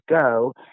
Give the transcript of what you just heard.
go